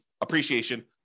appreciation